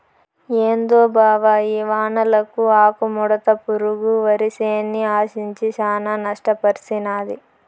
ఏందో బావ ఈ వానలకు ఆకుముడత పురుగు వరిసేన్ని ఆశించి శానా నష్టపర్సినాది